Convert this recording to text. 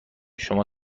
شما